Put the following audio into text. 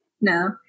No